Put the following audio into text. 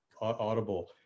audible